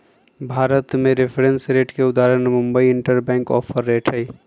भारत में reference rate के उदाहरण मुंबई इंटरबैंक ऑफर रेट हइ